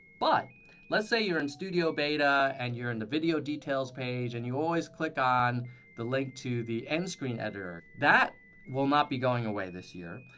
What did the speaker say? but let's say you're in studio beta and you're in the video details page and you always click on the link to the endscreen editor. that will not be going away this year.